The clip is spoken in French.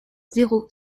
zéro